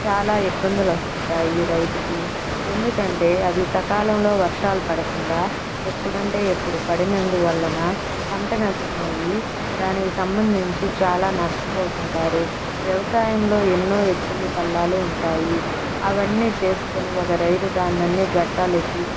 చాలా ఇబ్బందులు వస్తుంటాయి ఈ రైతుకి ఎందుకంటే అవి సకాలంలో వర్షాలు పడకుండా ఎప్పుడంటే ఎప్పుడు పడినందు వలన పంట నష్టమయి దానికి సంబంధించి చాలా నష్టపోతుంటారు వ్యవసాయంలో ఎన్నో ఎత్తులు పల్లాలు ఉంటాయి అవన్నీ చేసుకొని ఒక రైతు దాన్నంత గట్టెక్కి